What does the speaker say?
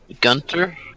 Gunter